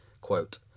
Quote